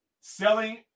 selling